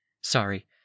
Sorry